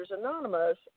Anonymous